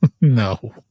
no